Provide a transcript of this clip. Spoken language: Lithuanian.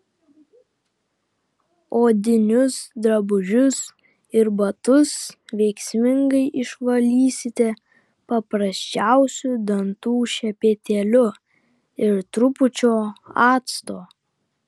odinius drabužius ir batus veiksmingai išvalysite paprasčiausiu dantų šepetėliu ir trupučiu acto